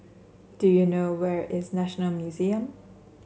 do you know where is National Museum